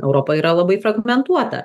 europa yra labai fragmentuota